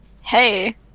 hey